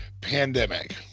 pandemic